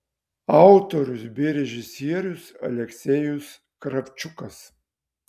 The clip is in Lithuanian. autorius bei režisierius aleksejus kravčiukas